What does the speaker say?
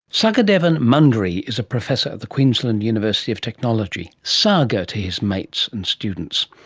sagadevan mundree is a professor at the queensland university of technology saga to his mates and students.